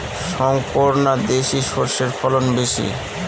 শংকর না দেশি সরষের ফলন বেশী?